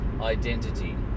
identity